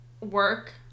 work